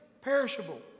perishable